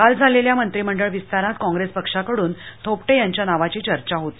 काल झालेल्या मंत्रिमंडळ विस्तारात काँग्रेस पक्षाकडून थोपटे यांच्या नावाची चर्चा होती